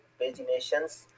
paginations